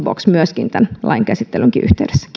box myöskin tämän lain käsittelyn yhteydessä